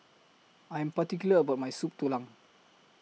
I'm particular about My Soup Tulang